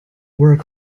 work